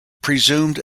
presumed